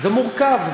זה מורכב.